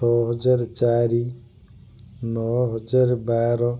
ଛଅ ହଜାର ଚାରି ନଅ ହଜାର ବାର